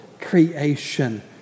creation